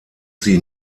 sie